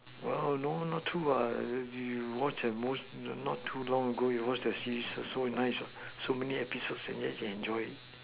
well no no not to you watch a most not too long ago you watch the series so nice what so many episodes yet she and enjoy it